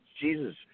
Jesus